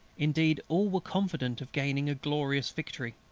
indeed all were confident of gaining a glorious victory,